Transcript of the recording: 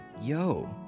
yo